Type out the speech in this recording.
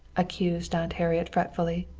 accused aunt harriet fretfully.